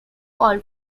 call